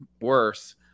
worse